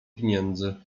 pieniędzy